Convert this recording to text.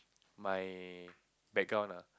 my background ah